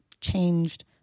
changed